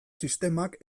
sistemak